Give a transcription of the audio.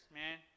man